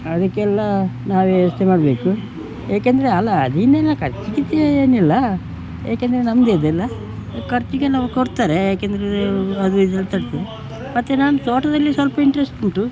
ಅದಕ್ಕೆಲ್ಲ ನಾವೇ ವ್ಯವಸ್ಥೆ ಮಾಡಬೇಕು ಏಕೆಂದರೆ ಅಲ್ಲ ಅದ್ರಿಂದೇನು ಖರ್ಚು ಗಿರ್ಚಿಗೆ ಏನಿಲ್ಲ ಏಕೆಂದರೆ ನಮ್ಮದೆ ಇದೆಲ್ಲ ಖರ್ಚಿಗೆ ನಮಗೆ ಕೊಡ್ತಾರೆ ಯಾಕೆಂದರೆ ಅದು ಇದು ಎಲ್ಲ ತರ್ತೇನೆ ಮತ್ತೆ ನಾನು ತೋಟದಲ್ಲಿ ಸ್ವಲ್ಪ ಇಂಟ್ರೆಸ್ಟ್ ಉಂಟು